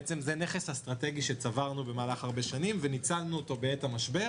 זה בעצם נכס אסטרטגי שצברנו במהלך הרבה שנים וניצלנו אותו בעת המשבר.